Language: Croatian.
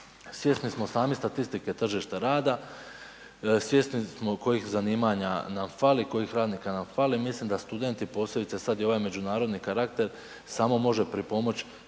Svjesni smo sami statistike tržišta rada, svjesni smo kojih zanimanja nam fali, kojih radnika nam fali, mislim da studenti posebice sad i ovaj međunarodni karakter samo može pripomoć